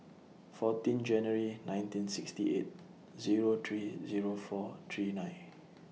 fourteen January nineteen sixty eight Zero three Zero four three nine